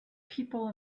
people